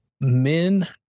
men